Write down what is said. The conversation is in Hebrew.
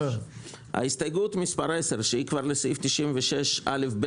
הסתייגות 10 שהיא לסעיף 96א(ב).